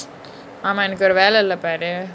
ஆமா எனக்கு வேர வேல இல்ல பாரு:aama enaku vera vela illa paaru